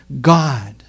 God